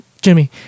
Jimmy